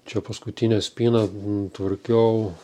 čia paskutinę spyną tvarkiau